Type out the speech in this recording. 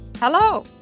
Hello